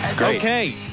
Okay